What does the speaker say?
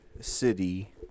City